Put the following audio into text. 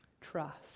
Trust